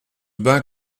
bain